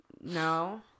No